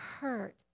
hurt